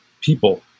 people